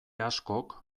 askok